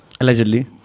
Allegedly